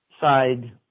side